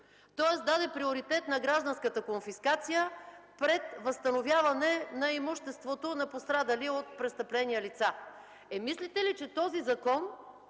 тоест даде приоритет на гражданската конфискация пред възстановяване на имуществото на пострадали от престъпления лица. Е, мислите ли, че този закон